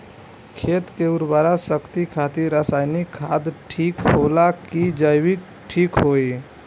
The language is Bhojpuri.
खेत के उरवरा शक्ति खातिर रसायानिक खाद ठीक होला कि जैविक़ ठीक होई?